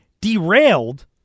derailed